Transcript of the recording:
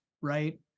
right